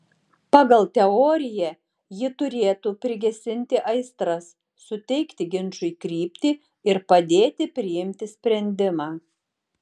pagal teoriją ji turėtų prigesinti aistras suteikti ginčui kryptį ir padėti priimti sprendimą